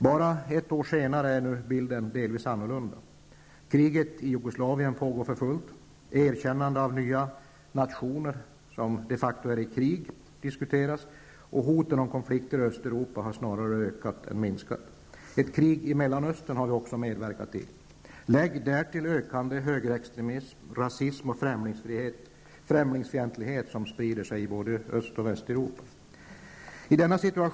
Bara ett år senare är nu bilden delvis annorlunda. Kriget i Jugoslavien pågår för fullt, erkännande av nya nationer som de facto är i krig diskuteras och hoten om konflikter om Östeuropa har snarare ökat än minskat. Ett krig i Mellanöstern har vi också medverkat i. Lägg därtill att ökande högerextremism, rasism och främlingsfientlighet sprider sig i både Öst och Västeuropa.